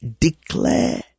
declare